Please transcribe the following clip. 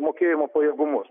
mokėjimo pajėgumus